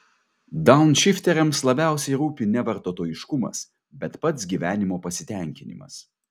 daunšifteriams labiausiai rūpi ne vartotojiškumas bet pats gyvenimo pasitenkinimas